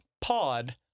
Pod